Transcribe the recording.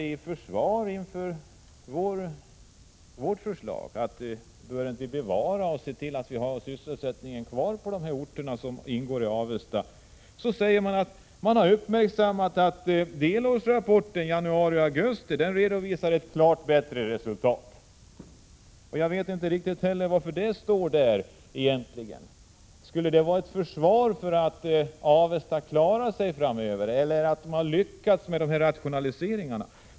Inför vårt förslag att vi skall bevara sysselsättningen på de orter där Avesta AB verkar försvarar sig utskottet med att delårsrapporten januari-augusti redovisar ett klart bättre resultat. Jag vet inte varför det egentligen står skrivet där. Innebär det att Avesta AB skall klara sig framöver eller att man har lyckats med rationaliseringarna?